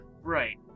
Right